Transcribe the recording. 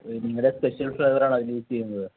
നിങ്ങളുടെ special flavour ആണോ അതിന് യൂസ് ചെയ്യുന്നത്